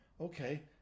okay